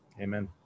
amen